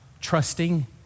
trusting